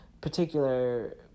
particular